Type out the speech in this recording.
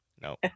No